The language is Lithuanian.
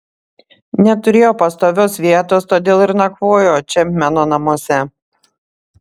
neturėjo pastovios vietos todėl ir nakvojo čepmeno namuose